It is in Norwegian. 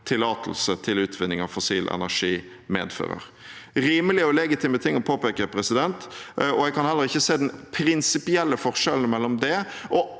tillatelse til utvinning av fossil energi medfører. Det er rimelig og legitimt å påpeke det, og jeg kan heller ikke se den prinsipielle forskjellen mellom det